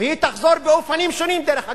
היא תחזור באופנים שונים, דרך אגב.